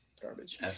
garbage